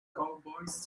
cowboys